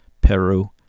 peru